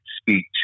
speak